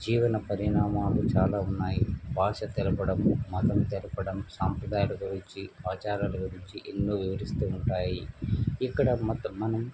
జీవన పరిణామాలు చాలా ఉన్నాయి భాష తెలపడం మతం తెలపడం సాంప్రదాయాల గురించి ఆచారాల గురించి ఎన్నో వివరిస్తూ ఉంటాయి ఇక్కడ మత మనం